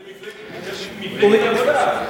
מפלגת העבודה.